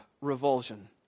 revulsion